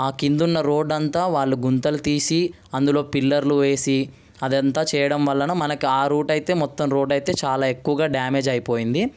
ఆ కింద ఉన్న రోడ్ అంతా వాళ్ళు గుంతలు తీసి అందులో పిల్లర్లు వేసి అదంతా చేయడం వలన మనకు ఆ రూట్ అయితే మొత్తం రోడ్ అయితే చాలా ఎక్కువగా డ్యామేజ్ అయిపోయింది